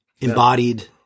embodied